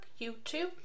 YouTube